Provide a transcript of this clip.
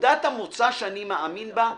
נקודת המוצא שאני מאמין בה,